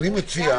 הגענו